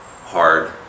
hard